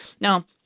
Now